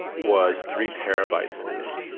was three terabytes in data.